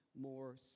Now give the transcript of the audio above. more